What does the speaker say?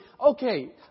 okay